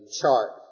chart